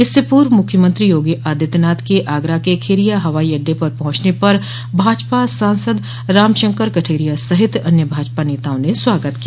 इससे पूर्व मुख्यमंत्री योगी आदित्यनाथ के आगरा के खेरिया हवाई अड्डे पर पहुॅचने पर भाजपा सांसद रामशंकर कठेरिया सहित अन्य भाजपा नेताओं ने स्वागत किया